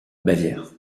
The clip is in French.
bavière